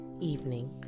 evening